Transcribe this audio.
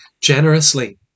generously